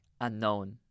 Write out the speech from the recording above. Unknown